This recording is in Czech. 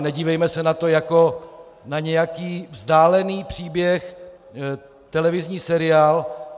Nedívejme se na to jako na nějaký vzdálený příběh, televizní seriál.